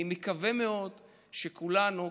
אני מקווה מאוד שכולנו,